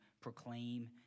proclaim